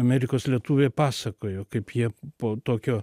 amerikos lietuviai pasakojo kaip jie po tokio